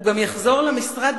הוא גם יחזור למשרד,